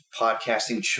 podcasting